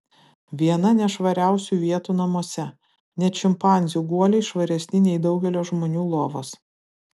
viena nešvariausių vietų namuose net šimpanzių guoliai švaresni nei daugelio žmonių lovos